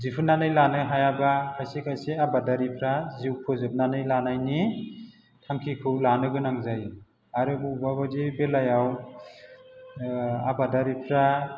दिहुनानै लानो हायाबा खायसे खायसे आबादारिफ्रा जिउ फोजोबनानै लानायनि थांखिखौ लानो गोनां जायो आरो बबेबा बायदि बेलायाव आबादारिफ्रा